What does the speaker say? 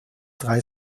drei